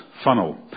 Funnel